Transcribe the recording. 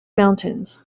mountains